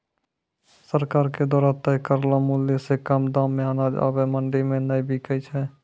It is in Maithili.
सरकार के द्वारा तय करलो मुल्य सॅ कम दाम मॅ अनाज आबॅ मंडी मॅ नाय बिकै छै